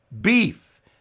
beef